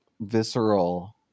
visceral